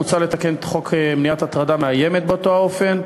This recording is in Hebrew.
מוצע לתקן את חוק מניעת הטרדה מאיימת באותו האופן,